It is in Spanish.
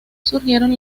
surgieron